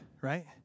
right